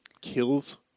kills